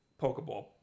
Pokeball